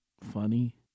funny